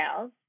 sales